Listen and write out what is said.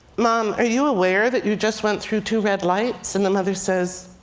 mom, are you aware that you just went through two red lights? and the mother says,